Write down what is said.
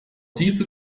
diese